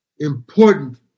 important